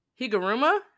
Higuruma